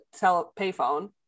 payphone